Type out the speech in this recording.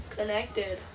Connected